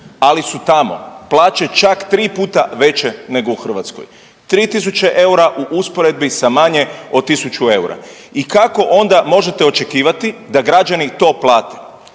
ali su tamo plaće čak 3 puta veće nego u Hrvatskoj. 3 tisuće eura u usporedbi sa manje od 1000 eura. I kako onda možete očekivati da građani to plate,